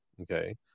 okay